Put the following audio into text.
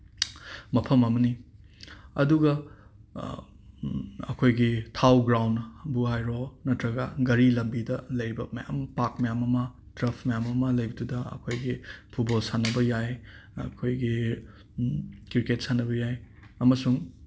ꯃꯐꯝ ꯑꯃꯅꯤ ꯑꯗꯨꯒ ꯑꯩꯈꯣꯏꯒꯤ ꯊꯥꯎ ꯒ꯭ꯔꯥꯎꯟꯕꯨ ꯍꯥꯏꯔꯣ ꯅꯠꯇ꯭ꯔꯒ ꯒꯔꯤ ꯂꯝꯕꯤꯗ ꯂꯩꯕ ꯃꯌꯥꯝ ꯄꯥꯔꯛ ꯃꯌꯥꯝ ꯑꯃ ꯇꯔꯐ ꯃꯌꯥꯝ ꯑꯃ ꯂꯩꯕꯗꯨꯗ ꯑꯩꯈꯣꯏꯒꯤ ꯐꯨꯠꯕꯣꯜ ꯁꯥꯟꯅꯕ ꯌꯥꯏ ꯑꯩꯈꯣꯏꯒꯤ ꯀ꯭ꯔꯤꯀꯦꯠ ꯁꯥꯟꯅꯕ ꯌꯥꯏ ꯑꯃꯁꯨꯡ